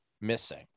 missing